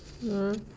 mm